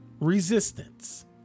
resistance